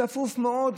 צפוף מאוד,